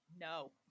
No